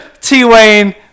T-Wayne